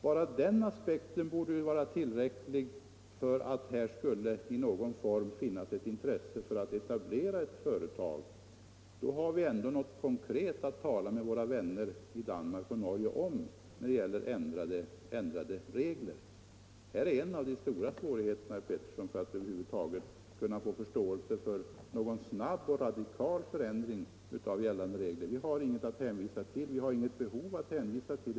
Bara den aspekten borde ju vara tillräcklig för att här skulle i någon form finnas ett intresse för att etablera ett företag. Då har vi ändå något konkret att tala med våra vänner i Danmark och Norge om när det gäller ändrade regler. Det här är en av de stora svårigheterna, herr Petersson i Röstånga, när det gäller att över huvud taget kunna få förståelse för någon snabb och radikal förändring av gällande regler. Vi har inget behov i vårt land att hänvisa till.